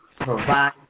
provide